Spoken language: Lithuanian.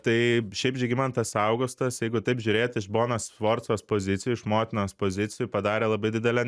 tai šiaip žygimantas augustas jeigu taip žiūrėt iš bonos sforcos pozicijų iš motinos pozicijų padarė labai didelę